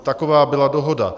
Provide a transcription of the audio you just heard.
Taková byla dohoda.